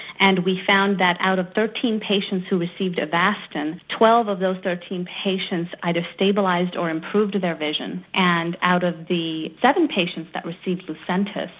and we found that out of thirteen patients who received avastin, twelve of those thirteen patients either stabilised or improved their vision and out of the seven patients that received lucentis,